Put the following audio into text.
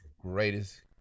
Greatest